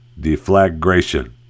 Deflagration